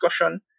discussion